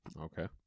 Okay